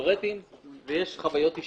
מהמ.מ.מ להכין חוות דעת כלכלית בעניין הזה.